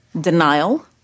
Denial